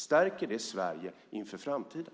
Stärker det Sverige inför framtiden?